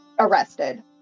Arrested